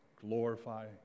glorify